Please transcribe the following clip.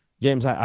James